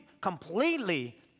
completely